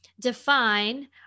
define